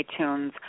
iTunes